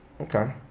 Okay